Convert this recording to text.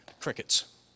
Crickets